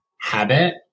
habit